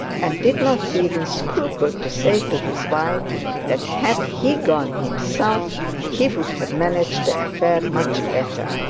and did not even scruple to say to his wife that had he gone himself he would have managed the affair much better.